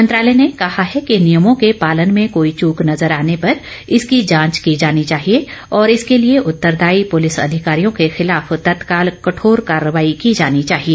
मंत्रालय ने कहा है कि नियमों के पालन में कोई चूक नजर आने पर इसकी जांच की जानी चाहिए और इसके लिए उत्तरदायी पुलिस अधिकारियों के खिलाफ तत्काल कठोर कार्रवाई की जानी चाहिए